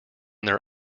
their